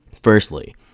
Firstly